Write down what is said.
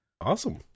Awesome